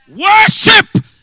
Worship